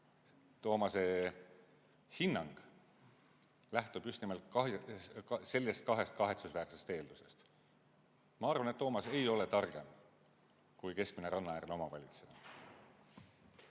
Toomase hinnang lähtub just nimelt nendest kahest kahetsusväärsest eeldusest. Ma arvan, et Toomas ei ole targem kui keskmine rannaäärne omavalitseja.